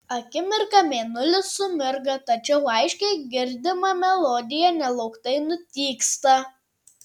akimirką mėnulis sumirga tačiau aiškiai girdima melodija nelauktai nutyksta